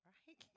Right